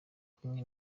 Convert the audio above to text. kumwe